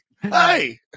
Hey